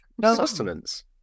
sustenance